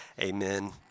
Amen